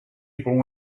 people